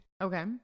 Okay